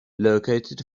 located